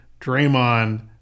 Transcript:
Draymond